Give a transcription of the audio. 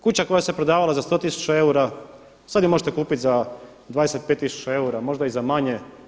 Kuća koja se prodavala za 100 tisuća eura sada je možete kupiti za 25 tisuća eura, možda i za manje.